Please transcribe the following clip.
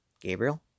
Gabriel